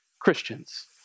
Christians